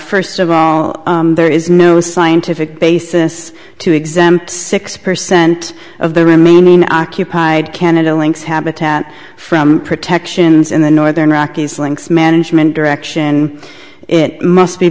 first of all there is no scientific basis to exempt six percent of the remaining occupied canada lynx habitat from protections in the northern rockies slinks management direction it must be